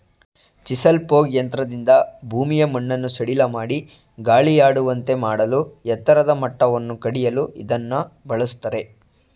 chisel plough ಯಂತ್ರದಿಂದ ಭೂಮಿಯ ಮಣ್ಣನ್ನು ಸಡಿಲಮಾಡಿ ಗಾಳಿಯಾಡುವಂತೆ ಮಾಡಲೂ ಎತ್ತರದ ಮಟ್ಟವನ್ನು ಕಡಿಯಲು ಇದನ್ನು ಬಳ್ಸತ್ತರೆ